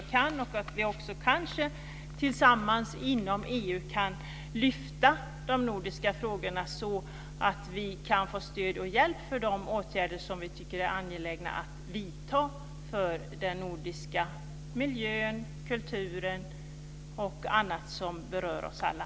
Vi kan kanske också tillsammans inom EU lyfta fram de nordiska frågorna så att vi kan få stöd och hjälp för de åtgärder som vi tycker är angelägna att vidta för den nordiska miljön, kulturen och annat som berör oss alla.